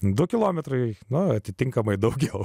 du kilometrai nuo atitinkamai daugiau